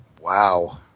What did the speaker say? Wow